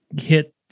hit